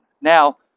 Now